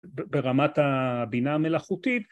‫ברמת הבינה המלאכותית.